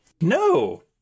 No